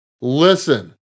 Listen